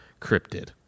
cryptid